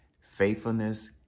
faithfulness